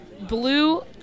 Blue